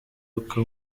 uko